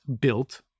built